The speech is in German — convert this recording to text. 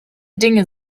dinge